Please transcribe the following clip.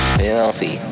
filthy